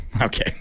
okay